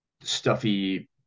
stuffy